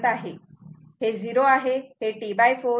हे 0 आहे हे T4 हे T2 आणि हे T आहे